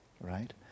right